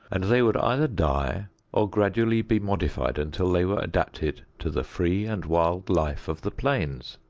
and they would either die or gradually be modified until they were adapted to the free and wild life of the plains.